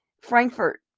Frankfurt